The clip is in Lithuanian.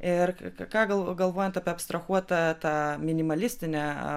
ir ką galvo galvojant apie abstrahuotą tą minimalistinę